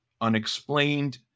unexplained